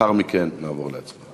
לאחר מכן נעבור להצבעה.